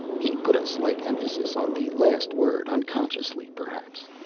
he put a slight emphasis on the last word, unconsciously perhaps.